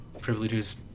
privileges